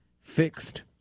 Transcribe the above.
fixed